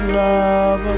love